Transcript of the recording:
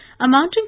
Amounting